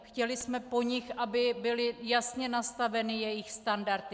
Chtěli jsme po nich, aby byly jasně nastaveny jejich standardy.